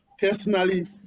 personally